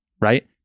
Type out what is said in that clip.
right